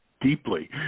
deeply